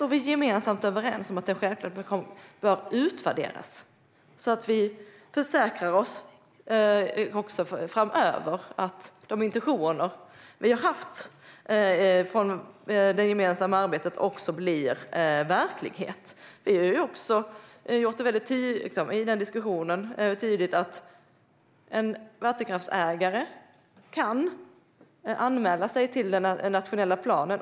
Vi är gemensamt överens om att det självklart bör utvärderas så att vi också framöver försäkrar oss om att de intentioner vi har haft från det gemensamma arbetet också blir verklighet. Vi har också i diskussionen gjort det tydligt att vattenkraftsägare kan anmäla sig till den nationella planen.